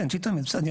כן, שהיא תואמת, בסדר.